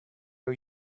are